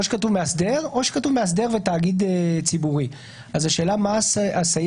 או שכתוב "מאסדר" או שכתוב "מאסדר ותאגיד ציבורי".